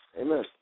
Amen